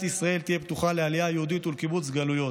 ישראל תהא פתוחה לעלייה יהודית ולקיבוץ גלויות.